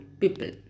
people